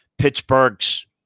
Pittsburgh's